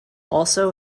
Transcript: also